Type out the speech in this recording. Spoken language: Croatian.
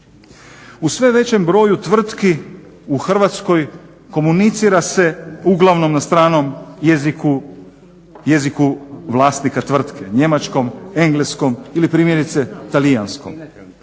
U sve većem broju tvrtki u Hrvatskoj komunicira se uglavnom na stranom jeziku, jeziku vlasnika tvrtke, njemačkom, engleskom ili primjerice talijanskom.